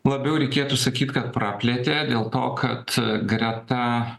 labiau reikėtų sakyt kad praplėtė dėl to kad greta